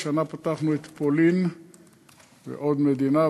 השנה פתחנו את פולין ועוד מדינה,